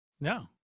No